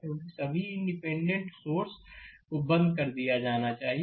क्योंकि सभी independent source को बंद कर दिया जाना चाहिए